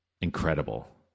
incredible